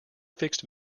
fixed